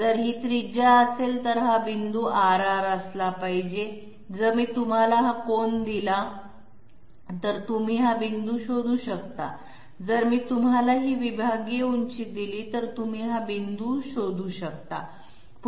जर ही त्रिज्या असेल तर हा पॉईंट r r असला पाहिजे जर मी तुम्हाला हा कोन दिला तर तुम्ही हा पॉईंट शोधू शकता जर मी तुम्हाला ही विभागीय उंची दिली तर तुम्ही हा पॉईंट शोधू शकता